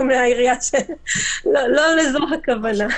לא זאת לא הכוונה.